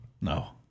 No